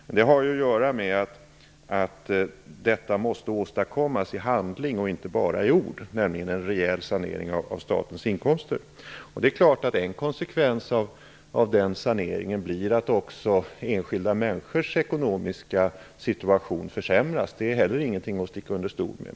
Men det har att göra med att en rejäl sanering av statens inkomster måste åstadkommas i handling och inte bara i ord. Det är klart att en konsekvens av saneringen blir att också enskilda människors ekonomiska situation försämras. Detta är heller inget att sticka under stol med.